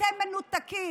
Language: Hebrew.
אתם מנותקים,